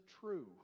true